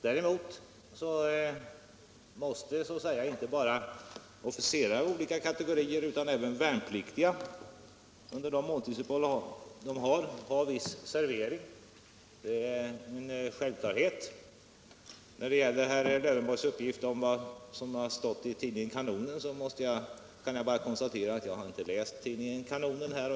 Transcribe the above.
Däremot måste inte bara officerare av olika kategorier utan även värnpliktiga under måltidsuppehåll ha viss servering. Det är en självklarhet. När det gäller herr Lövenborgs uppgift om vad som har stått i tidningen Kanonen vill jag bara konstatera att jag inte har läst den tidningen.